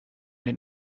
den